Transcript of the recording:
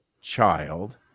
child